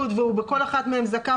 זה גם על חשבון המדינה?